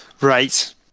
Right